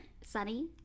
Sunny